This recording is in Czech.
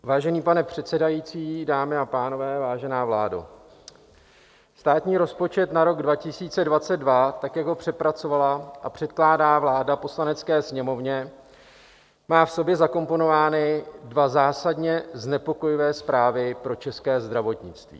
Vážený pane předsedající, dámy a pánové, vážená vládo, státní rozpočet na rok 2022, jak ho přepracovala a předkládá vláda Poslanecké sněmovně, má v sobě zakomponovány dvě zásadně znepokojivé zprávy pro české zdravotnictví.